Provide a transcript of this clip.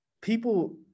people